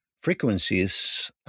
frequencies